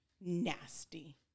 nasty